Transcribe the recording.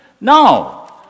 No